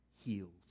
heals